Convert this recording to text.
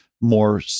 more